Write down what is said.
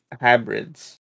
hybrids